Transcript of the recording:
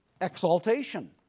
exaltation